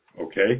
Okay